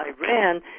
Iran